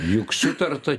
juk sutarta